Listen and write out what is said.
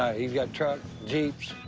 he's got trucks, jeeps.